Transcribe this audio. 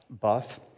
Buff